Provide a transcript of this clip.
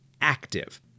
active